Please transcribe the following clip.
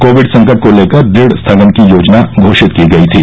Covid संकट को लेकर ऋण स्थगन की योजना घोषित की गई थी